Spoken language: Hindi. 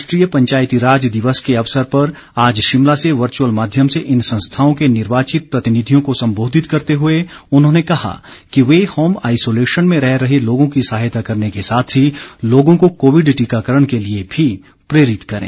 राष्ट्रीय पंचायती राज दिवस के अवसर पर आज शिमला से वर्चुअल माध्यम से इन संस्थाओं के निर्वाचित प्रतिनिधियों को संबोधित करते हुए उन्होंने कहा कि वे होम आइसोलेशन में रह रहे लोगों की सहायता करने के साथ ही लोगों को कोविड टीकाकरण के लिए भी प्रेरित करें